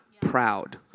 proud